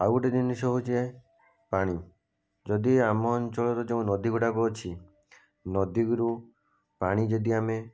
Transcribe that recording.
ଆଉ ଗୋଟିଏ ଜିନିଷ ହେଉଛେ ପାଣି ଯଦି ଆମ ଅଞ୍ଚଳର ଯେଉଁ ନଦୀ ଗୁଡ଼ାକ ଅଛି ନଦୀରୁ ପାଣି ଯଦି ଆମେ